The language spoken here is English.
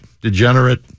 degenerate